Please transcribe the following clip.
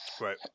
Right